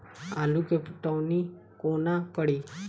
आलु केँ पटौनी कोना कड़ी?